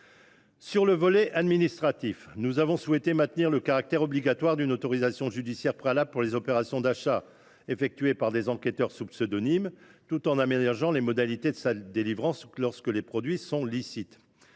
le volet administratif, nous avons souhaité maintenir le caractère obligatoire d’une autorisation judiciaire préalable pour les opérations d’achat effectuées par des enquêteurs sous pseudonyme, tout en aménageant les modalités de sa délivrance lorsque les produits concernés